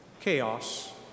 chaos